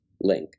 link